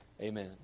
Amen